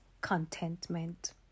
contentment